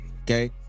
Okay